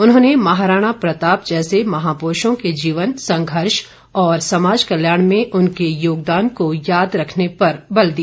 उन्होंने महाराणा प्रताप जैसे महाप्रुषों के जीवन संघर्ष और समाज कल्याण में उनके योगदान को याद रखने पर बल दिया